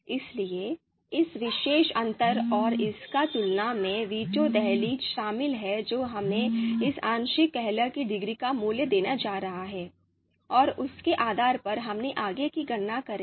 इसलिए इस विशेष अंतर और इसकी तुलना में वीटो दहलीज शामिल है जो हमें इस आंशिक कलह की डिग्री का मूल्य देने जा रहा है और उसके आधार पर हम आगे की गणना करेंगे